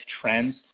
trends